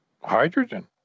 Hydrogen